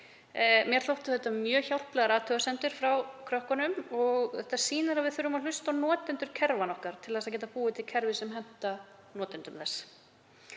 Mér þóttu það mjög hjálplegar athugasemdir frá krökkunum og það sýnir að við þurfum að hlusta á notendur kerfanna okkar til að geta búið til kerfi sem henta notendum.